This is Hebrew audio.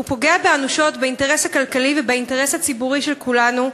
הוא פוגע אנושות באינטרס הכלכלי ובאינטרס הציבורי של כולנו,